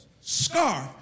scarf